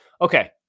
okay